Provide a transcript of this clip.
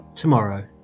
tomorrow